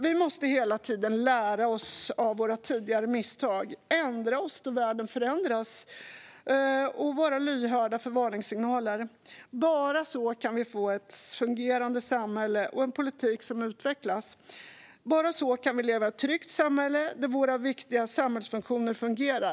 Vi måste hela tiden lära oss av våra tidigare misstag, ändra oss då världen förändras och vara lyhörda för varningssignaler. Bara så kan vi få ett fungerande samhälle och en politik som utvecklas. Bara så kan vi leva i ett tryggt samhälle där våra viktiga samhällsfunktioner fungerar.